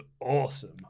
awesome